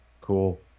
Cool